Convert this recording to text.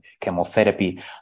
chemotherapy